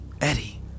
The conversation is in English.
Eddie